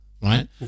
right